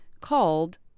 called